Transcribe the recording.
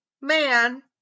man